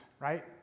right